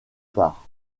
part